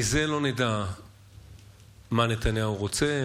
מזה לא נדע מה נתניהו רוצה,